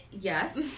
yes